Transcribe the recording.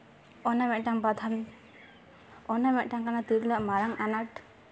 ᱚᱱᱟ ᱢᱤᱫᱴᱟᱱ ᱵᱟᱫᱷᱟᱢ ᱚᱱᱟ ᱢᱤᱫᱴᱟᱱ ᱠᱟᱱᱟ ᱛᱤᱨᱞᱟᱹᱣᱟᱜ ᱢᱟᱨᱟᱝ ᱟᱱᱟᱴ